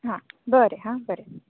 हां बरें हां बरें